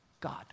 God